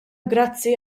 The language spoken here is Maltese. grazzi